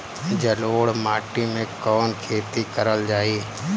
जलोढ़ माटी में कवन खेती करल जाई?